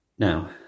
Now